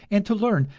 and to learn,